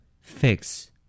Fix